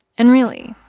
and, really,